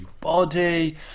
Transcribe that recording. body